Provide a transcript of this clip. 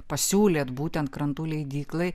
pasiūlėt būtent krantų leidyklai